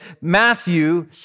Matthew